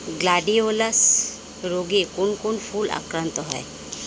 Gladiolus রোগে কোন কোন ফুল আক্রান্ত হয়?